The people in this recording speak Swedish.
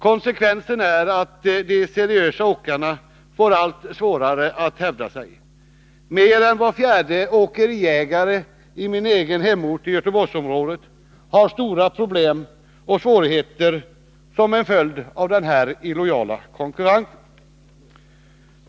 Konsekvensen är att de seriösa åkarna får allt svårare att hävda sig. Mer än var fjärde åkeriägare i min egen hemort, i Göteborgsområdet, har stora problem och svårigheter som en följd av den illojala konkurrensen.